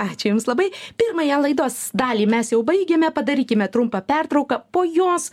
ačiū jums labai pirmąją laidos dalį mes jau baigiame padarykime trumpą pertrauką po jos